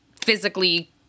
physically